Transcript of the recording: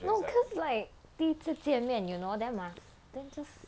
no because like 第一次见面 you know then must then just